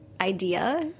idea